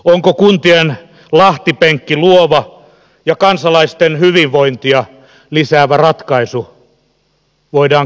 onko kuntien lahtipenkki luova ja kansalaisten hyvinvointia lisäävä ratkaisu voidaan kysyä